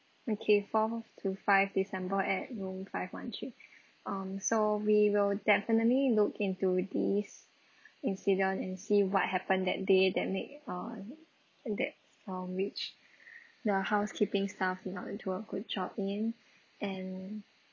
okay four to five december at room five one three um so we will definitely look into this incident and see what happened that day that made on that um which the housekeeping staff did not do a good job in and